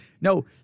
no